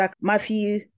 Matthew